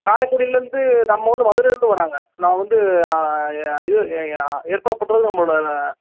காரைக்குடிலேருந்து நம்ம வந்து மதுரைலேருந்து வராங்க நான் வந்து ஏற்பாடு பண்ணுறது நம்மளோட